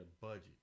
budget